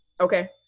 Okay